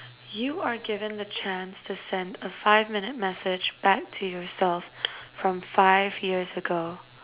you are given chance to send a five minutes message back to yourself from five years ago